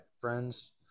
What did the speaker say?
friends